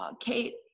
Kate